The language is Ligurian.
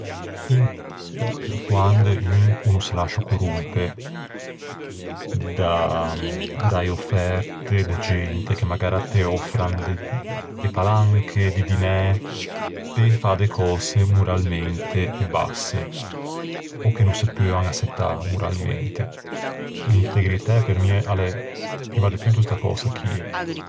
l'é quande un o no se lascia corrompe da-da-e offerte de gente che magara te òffran de-de palanche, di dinæ, pe fâ de cöse moralmente basse ò che no se peuan açettâ moralmente. L'integritæ pe mi a l'é primma de tutto sta cösa chie.